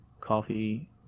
coffee